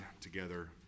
together